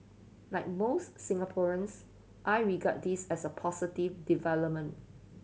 like most Singaporeans I regard this as a positive development